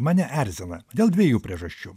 mane erzina dėl dviejų priežasčių